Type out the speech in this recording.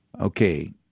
Okay